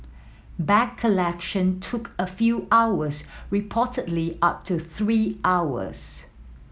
bag collection took a few hours reportedly up to three hours